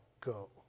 go